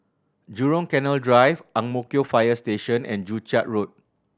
Jurong Canal Drive Ang Mo Kio Fire Station and Joo Chiat Road